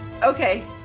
Okay